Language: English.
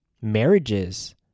marriages